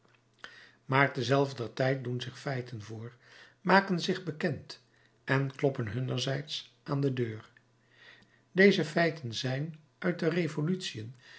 maar tezelfdertijd doen zich feiten voor maken zich bekend en kloppen hunnerzijds aan de deur deze feiten zijn uit de revolutiën